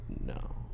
No